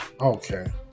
okay